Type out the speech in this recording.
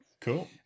Cool